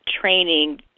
training